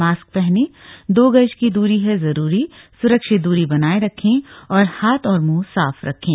mask पहने दो गज की दूरी है जरूरी सुरक्षित दूरी बनाए रखें हाथ और मुंह साफ रखें